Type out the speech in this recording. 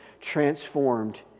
transformed